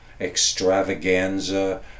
extravaganza